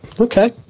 okay